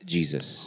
Jesus